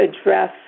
address